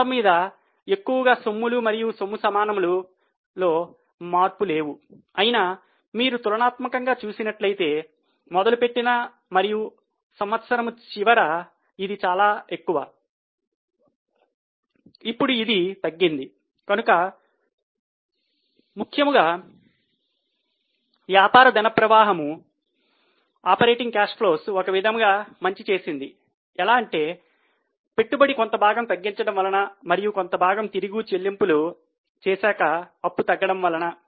మొత్తం మీద ఎక్కువగా సొమ్ములు మరియు సొమ్ముసమానము ఒక విధముగా మంచి చేసింది ఎలా అంటే పెట్టుబడి కొంత భాగము తగ్గించడం వలన మరియు కొంత భాగము తిరిగి చెల్లింపులు చేశాక అప్పు తగ్గడం వలన